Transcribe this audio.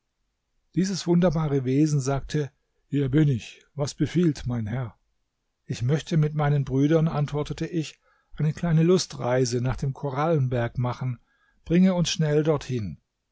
dieses wunderbare wesen sagte hier bin ich was befiehlt mein herr ich möchte mit meinen brüdern antwortete ich eine kleine lustreise nach dem korallenberg machen bringe uns schnell dorthin